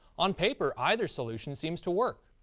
on paper, either solution seems to work.